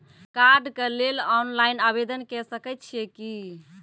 कार्डक लेल ऑनलाइन आवेदन के सकै छियै की?